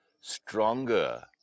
stronger